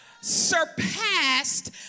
surpassed